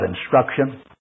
instruction